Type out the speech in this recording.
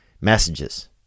messages